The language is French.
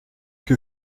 que